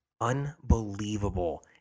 Unbelievable